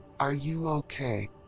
are you okay?